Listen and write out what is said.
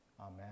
amen